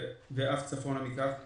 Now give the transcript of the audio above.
ואף צפונה מכך,